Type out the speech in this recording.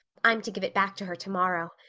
i'm to give it back to her tomorrow.